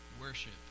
worship